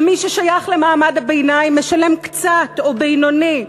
ומי ששייך למעמד הביניים משלם קצת או בינוני,